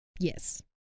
yes